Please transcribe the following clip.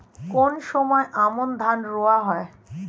কোন সময় আমন ধান রোয়া হয়?